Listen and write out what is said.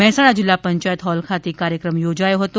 મહેસાણા જિલ્લા પંચાયત હોલ ખાતે કાર્યક્રમ યોજાયો હતો